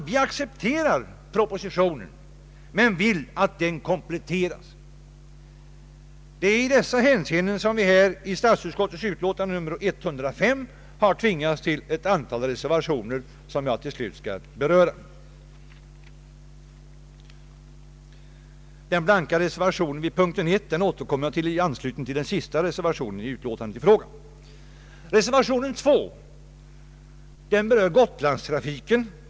Vi accepterar, herr talman, propositionen men vill att den kompletteras. Det är av dessa anledningar som vi när det gäller statsutskottets utlåtande nr 105 har tvingats till ett antal reservationer som jag till slut skall beröra. Den blanka reservationen vid punkten 1 återkommer jag till i anslutning till den sista reservationen i ifrågavarande utlåtande. Reservationen 2 berör Gotlandstrafiken.